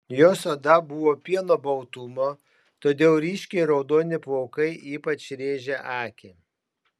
jos oda buvo pieno baltumo todėl ryškiai raudoni plaukai ypač rėžė akį